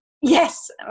Yes